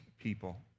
people